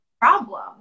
problem